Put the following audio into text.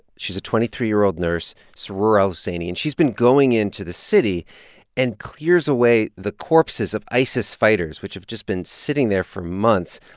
she's a twenty three year old nurse, sorur al-sayni. and she's been going into the city and clears away the corpses of isis fighters which have just been sitting there for months.